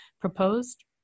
proposed